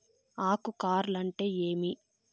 ఆకు కార్ల్ అంటే ఏమి?